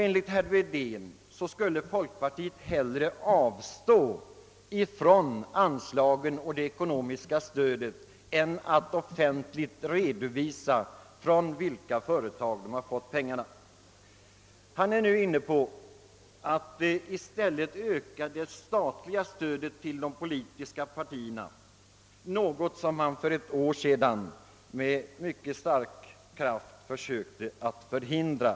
Enligt herr Wedén skulle folkpartiet hellre avstå från det ekonomiska stödet än offentligt redovisa från vilka företag pengarna kommer. Herr Wedén är nu inne på att man i stället skulle öka det statliga stödet till de politiska partierna, något som man för ett år sedan med stor kraft försökte förhindra.